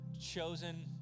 chosen